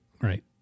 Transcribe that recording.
Right